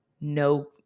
No